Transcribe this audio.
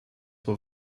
were